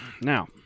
Now